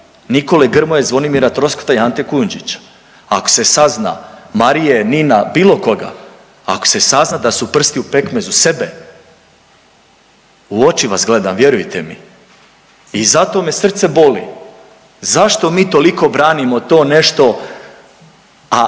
Nikole Grmoje, Zvonimira Troskota i Ante Kujundžića ak se sazna Marije, Nina bilo koga ako se sazna da su prsti u pekmezu, sebe. U oči vas gledam vjerujte mi. I zato me srce boli, zašto mi toliko branimo to nešto, a